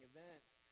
Events